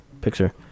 picture